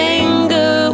anger